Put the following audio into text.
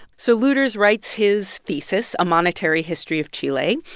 so luders writes his thesis, a monetary history of chile,